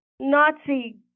nazi